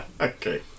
Okay